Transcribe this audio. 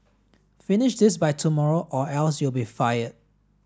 finish this by tomorrow or else you'll be fired